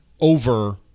over